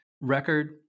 record